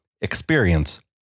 experience